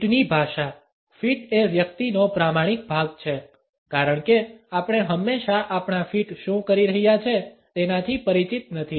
ફીટની ભાષા ફીટ એ વ્યક્તિનો પ્રામાણિક ભાગ છે કારણ કે આપણે હંમેશા આપણા ફીટ શું કરી રહ્યા છે તેનાથી પરિચિત નથી